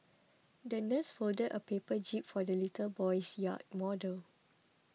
the nurse folded a paper jib for the little boy's yacht model